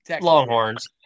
Longhorns